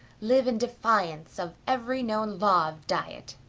live in defiance of every known law of diet.